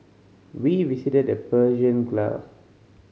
we visited the Persian Gulf